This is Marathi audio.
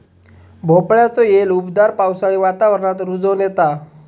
भोपळ्याचो येल उबदार पावसाळी वातावरणात रुजोन येता